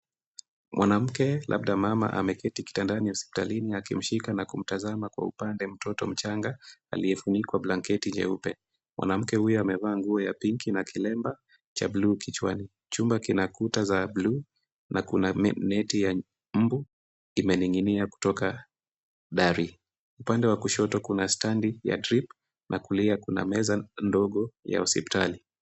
Mwanamke labda mama ameketi kitandani hospitalini akimshika na kumtazama kwa upande mtoto mchanga aliyefunikwa blanketi jeupe. Mwanamke huyu amevaa nguo ya pinki na kilemba cha bluu kichwani. Chumba kina kuta za bluu na kuna neti ya mbu imening'inia kutoka dari. Upande wa kushoto kuna standi ya trip na kulia kuna meza ndogo ya hospitali.